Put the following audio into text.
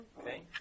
Okay